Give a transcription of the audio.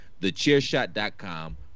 TheChairShot.com